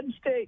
state